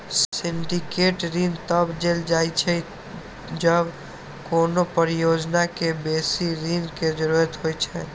syndicate ऋण तब देल जाइ छै, जब कोनो परियोजना कें बेसी ऋण के जरूरत होइ छै